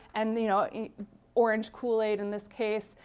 and the you know orange kool-aid, in this case,